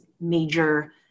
major